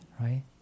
right